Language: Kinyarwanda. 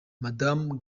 madamu